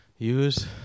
use